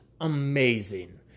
amazing